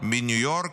מניו יורק,